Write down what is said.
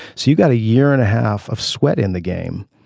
so you've got a year and a half of sweat in the game.